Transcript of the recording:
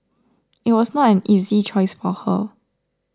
it was not an easy choice for her